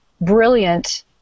brilliant